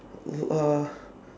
mm uh